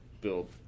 build